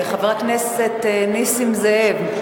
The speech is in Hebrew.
חבר הכנסת נסים זאב,